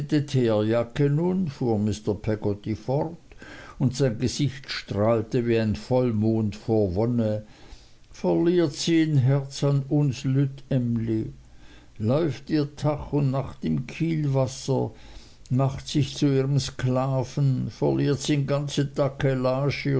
fort und sein gesicht strahlte wie ein vollmond vor wonne verliert sien herz an üns lütt emly läuft ihr tach und nacht im kielwasser macht sich zu ihren sklaven verliert sien ganz